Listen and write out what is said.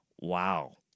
wow